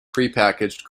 prepackaged